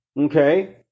okay